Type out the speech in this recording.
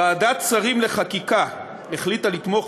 ועדת השרים לענייני חקיקה החליטה לתמוך